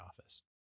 office